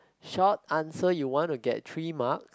short answer you wanna get three marks